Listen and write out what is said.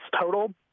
total